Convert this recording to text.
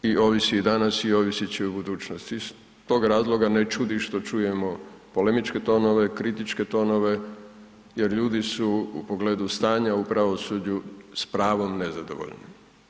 Ovisilo je i ovisi i danas i ovisit će u budućnosti i iz tog razloga ne čudi što čujemo polemičke tonove, kritičke tonove jer ljudi su u pogledu stanja u pravosuđu s pravom nezadovoljni.